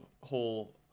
whole